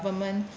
government